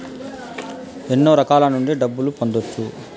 ఎన్నో రకాల నుండి డబ్బులు పొందొచ్చు